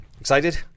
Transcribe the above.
Excited